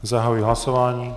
Zahajuji hlasování.